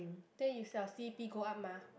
then it's your C_P go up mah